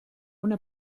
una